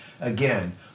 again